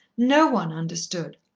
no one understood.